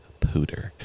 Pooter